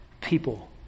people